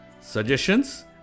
suggestions